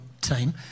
team